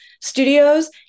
studios